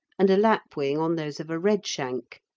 and a lapwing on those of a redshank.